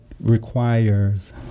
requires